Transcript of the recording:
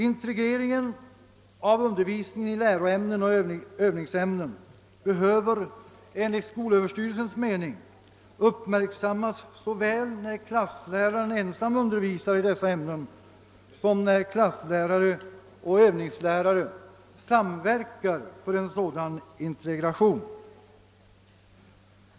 Integreringen av undervisningen i lärooch övningsämnen behöver enligt skolöverstyrelsens mening uppmärksammas såväl när klassläraren ensam undervisar i dessa ämnen som när klassoch övningslärare samverkar för en sådan integration.